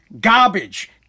Garbage